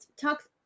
talk